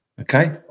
Okay